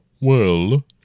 Well